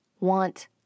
want